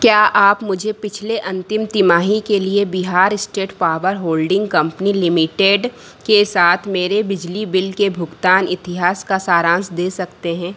क्या आप मुझे पिछले अंतिम तिमाही के लिए Bihar State Power Holding Company Limited के साथ मेरे बिजली बिल के भुगतान इतिहास का सारांश दे सकते हैं